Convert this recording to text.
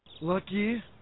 Lucky